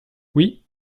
oui